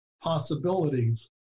possibilities